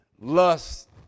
lust